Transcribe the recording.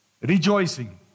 rejoicing